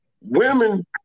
Women